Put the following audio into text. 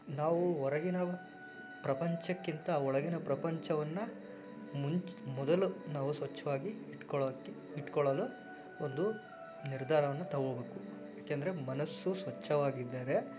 ನಾವು ಹೊರಗಿನ ಪ್ರಪಂಚಕ್ಕಿಂತ ಒಳಗಿನ ಪ್ರಪಂಚವನ್ನ ಮುಂಚೆ ಮೊದಲು ನಾವು ಸ್ವಚ್ಛವಾಗಿ ಇಟ್ಕೊಳ್ಳೋಕೆ ಇಟ್ಕೊಳ್ಳಲು ಒಂದು ನಿರ್ಧಾರವನ್ನು ತೊಗೋಬೇಕು ಏಕೆಂದರೆ ಮನಸ್ಸು ಸ್ವಚ್ಛವಾಗಿದ್ದರೆ